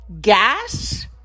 gas